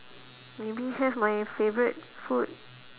maybe have my favourite food